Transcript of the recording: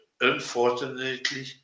unfortunately